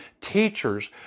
teachers